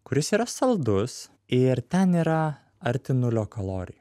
kuris yra saldus ir ten yra arti nulio kalorijų